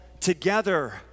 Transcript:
together